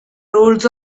rules